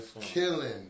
killing